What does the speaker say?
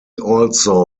also